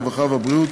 הרווחה והבריאות